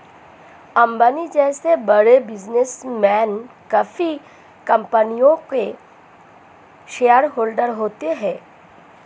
अंबानी जैसे बड़े बिजनेसमैन काफी कंपनियों के शेयरहोलडर होते हैं